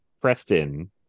Preston